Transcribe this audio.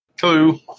Hello